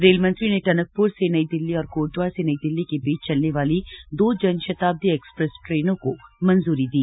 rail मंत्री ने टनकप्र से नई दिल्ली और कोटद्वार से नई दिल्ली के बीच चलने वाली दो जनशताब्दी एक्सप्रेस ट्रेनों को मंजूरी दी